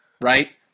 Right